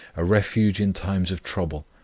a refuge in times of trouble.